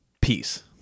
peace